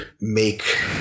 make